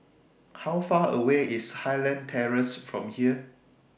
How Far away IS Highland Terrace from here